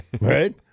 right